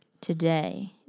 today